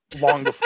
Long